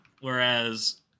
Whereas